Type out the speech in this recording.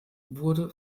wurde